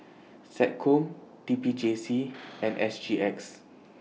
Seccom T P J C and S G X